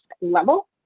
level